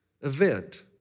event